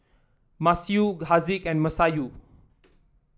Masayu Haziq and Masayu